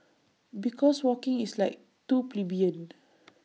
because walking is like too plebeian